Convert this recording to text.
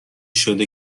شده